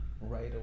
right